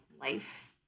life